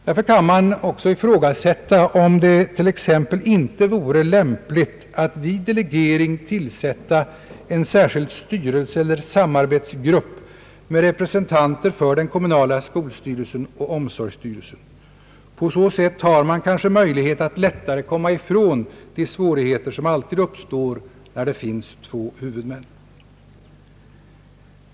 Därför kan man också ifrågasätta om det inte vore lämpligt att vid delegering tillsätta en särskild styrelse eller samarbetsgrupp med representanter för den kommunala skolstyrelsen och omsorgsstyrelsen. På så sätt får man kanske möjlighet att lättare komma ifrån de svårigheter som alltid uppstår när det finns två huvudmän.